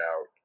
out